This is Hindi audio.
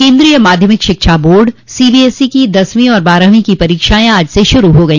केन्द्रीय माध्यमिक शिक्षा बोर्ड सीबीएसई की दसवीं और बारहवीं की परीक्षाएं आज से शुरू हो गई